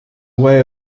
way